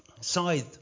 side